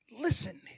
Listen